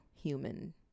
human